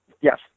yes